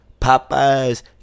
Popeyes